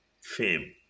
fame